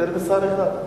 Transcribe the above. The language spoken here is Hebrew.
יותר משר אחד.